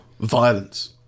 violence